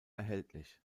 erhältlich